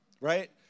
right